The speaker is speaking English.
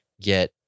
get